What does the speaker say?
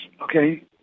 okay